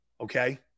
okay